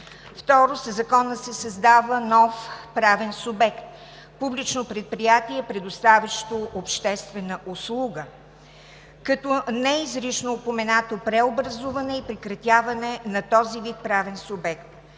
Второ, със Закона се създава нов правен субект – публично предприятие, предоставящо обществена услуга, като не е изрично упоменато преобразуване и прекратяване на този вид правен субект.